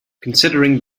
considering